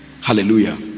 Hallelujah